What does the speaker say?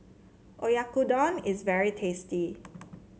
oyakodon is very tasty